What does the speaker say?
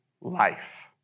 Life